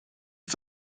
ist